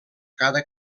cada